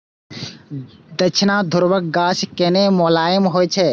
दक्षिणी ध्रुवक गाछ कने मोलायम होइ छै